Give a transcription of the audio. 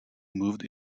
moved